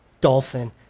dolphin